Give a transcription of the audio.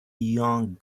young